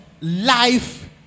life